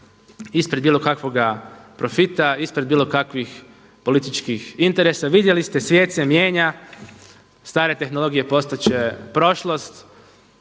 ispred bilo kakvoga profita, ispred bilo kakvih političkih interesa. Vidjeli ste svijet se mijenja, stare tehnologije postat će prošlost,